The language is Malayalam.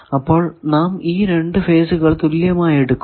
അപ്പോൾ നാം ഈ രണ്ടു ഫേസുകൾ തുല്യമായി എടുക്കുന്നു